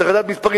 צריך לדעת מספרים.